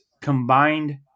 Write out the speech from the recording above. Combined